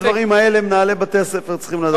את כל הדברים האלה מנהלי בתי-הספר צריכים לדעת,